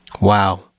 Wow